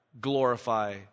Glorify